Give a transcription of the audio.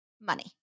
money